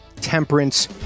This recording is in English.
temperance